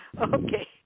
Okay